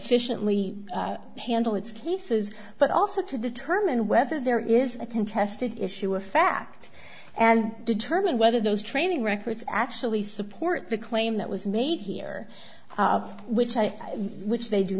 efficiently handle its cases but also to determine whether there is a contested issue of fact and determine whether those training records actually support the claim that was made here of which i which they do